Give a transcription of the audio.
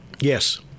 Yes